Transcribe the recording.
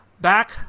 back